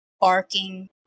barking